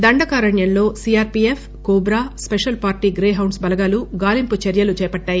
దండకారణ్యంలో CRPF కోట్రా special party Greyhounds బలగాలు గాలింపు చర్యలు చేపట్టాయి